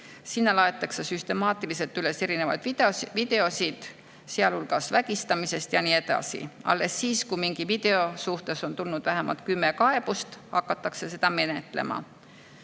Sinna laaditakse süstemaatiliselt üles erinevaid videoid, sealhulgas vägistamisest. Alles siis, kui mingi video kohta on tulnud vähemalt kümme kaebust, hakatakse neid menetlema.